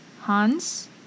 Hans